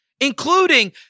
including